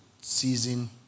season